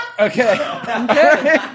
Okay